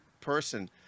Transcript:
person